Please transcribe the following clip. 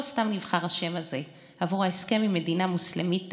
לא סתם נבחר השם הזה עבור ההסכם עם מדינה מוסלמית דתית,